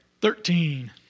Thirteen